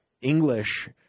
English